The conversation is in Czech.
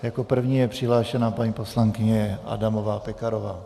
Jako první je přihlášena paní poslankyně Adamová Pekarová.